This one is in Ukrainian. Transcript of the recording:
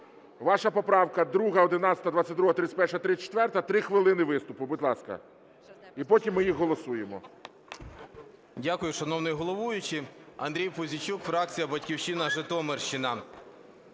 Ваша поправка: 2, 11, 22, 31, 34. 3 хвилини виступу, будь ласка. І потім ми їх голосуємо.